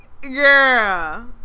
girl